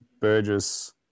Burgess